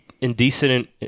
Indecent